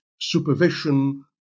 supervision